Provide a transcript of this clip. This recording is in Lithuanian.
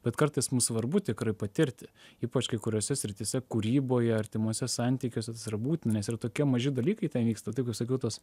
bet kartais mums svarbu tikrai patirti ypač kai kuriose srityse kūryboje artimuose santykiuose būtina nes ir tokie maži dalykai ten vyksta taip kaip sakiau tos